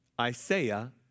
Isaiah